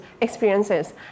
experiences